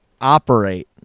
operate